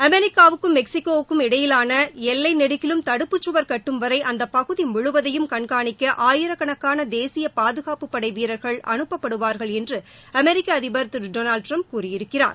அமெிக்காவுக்கும் மெக்சிகோவுக்கும் இடையேயிலான எல்லை நெடுகிலும் தடுப்புசுவர் கட்டும் வரை அந்த பகுதி முழுவதையும் கண்கானிக்க ஆயிரக்கணக்கான தேசிய பாதுகாப்பு படை வீரா்கள் அனுப்ப படுவார்கள் என்று அமெரிக்க அதிபர் திரு டொனல்டு டிரம்ப் கூறியிருக்கிறார்